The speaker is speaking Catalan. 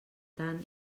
tant